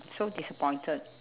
so disappointed